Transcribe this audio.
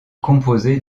composer